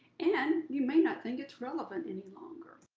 and you may not think it's relevant any longer.